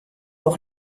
auch